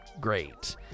great